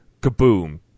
Kaboom